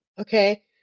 okay